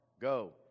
Go